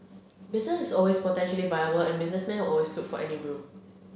business is always potentially viable and businessmen will always look for any room